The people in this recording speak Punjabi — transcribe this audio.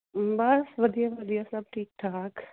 ਬਸ ਵਧੀਆ ਵਧੀਆ ਸਭ ਠੀਕ ਠਾਕ